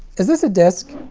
is this a disc?